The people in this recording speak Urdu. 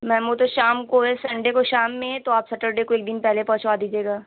میم وہ تو شام کو ہے سنڈے کو شام میں ہے تو آپ سٹرڈے کو ایک دِن پہلے پہنچوا دیجیے گا